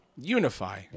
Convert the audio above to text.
unify